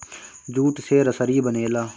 jute से रसरी बनेला